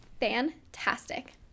fantastic